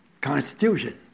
constitution